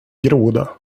groda